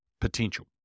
potential